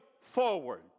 forward